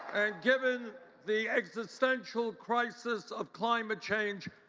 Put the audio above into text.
given the existential crisis of climate change,